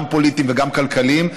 גם פוליטיים וגם כלכליים,